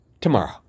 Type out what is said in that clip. tomorrow